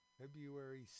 February